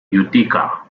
utica